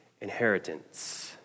inheritance